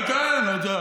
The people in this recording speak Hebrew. כן, כן.